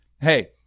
hey